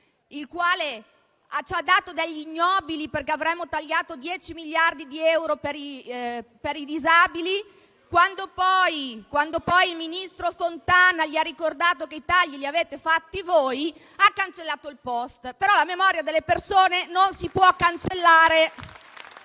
il quale ci ha dato degli ignobili perché avremmo tagliato dieci miliardi di euro per i disabili e, quando poi il ministro Fontana gli ha ricordato che i tagli li avete fatti voi, ha cancellato il *post*. Però la memoria delle persone non si può cancellare!